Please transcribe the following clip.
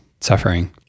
suffering